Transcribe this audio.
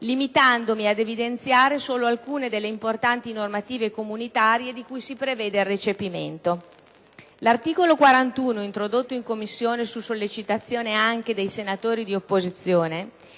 limitandomi a evidenziare solo alcune delle importanti normative comunitarie di cui si prevede il recepimento. L'articolo 41, introdotto in Commissione su sollecitazione anche dei senatori di opposizione,